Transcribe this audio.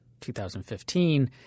2015 –